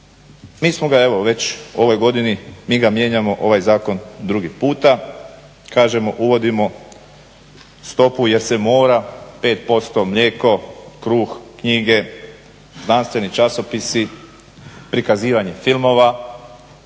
Mi smo ga evo već u ovoj godini mi ga mijenjamo ovaj zakon drugi puta, kažemo uvodimo stopu jer se mora 5% mlijeko, kruh, knjige, znanstveni časopisi, prikazivanje filmova,